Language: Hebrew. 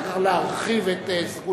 אדוני יוכל אחר כך להרחיב את סגולותיו